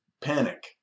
panic